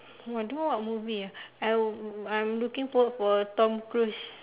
ah don't know what movie ah I'm I'm looking forward for Tom-cruise